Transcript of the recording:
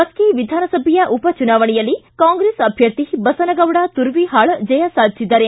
ಮಸ್ಕಿ ವಿಧಾನಸಭೆಯ ಉಪಚುನಾವಣೆಯಲ್ಲಿ ಕಾಂಗ್ರೆಸ್ ಅಭ್ಯರ್ಥಿ ಬಸನಗೌಡ ತುರ್ವಿಹಾಳ ಜಯ ಸಾಧಿಸಿದ್ದಾರೆ